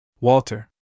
Walter